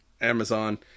amazon